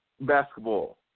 Basketball